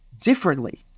differently